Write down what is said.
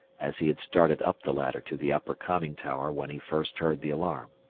as he had started up the ladder to the upper conning tower when he first heard the alarm.